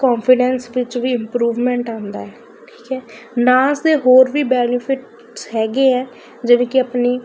confidence ਵਿੱਚ ਵੀ improvement ਆਉਂਦਾ ਹੈ ਠੀਕ ਹੈ ਨਾਸ ਦੇ ਹੋਰ ਵੀ ਬੈਨੀਫਿਟਸ ਹੈਗੇ ਹੈ ਜਿਵੇਂ ਕਿ ਆਪਣੀ